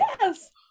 Yes